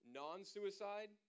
non-suicide